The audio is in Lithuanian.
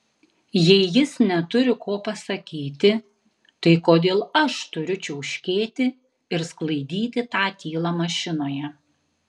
jei jis neturi ko pasakyti tai kodėl aš turiu čiauškėti ir sklaidyti tą tylą mašinoje